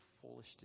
foolish